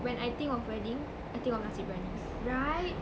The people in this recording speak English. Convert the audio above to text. when I think of wedding I think of nasi biryani right